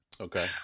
okay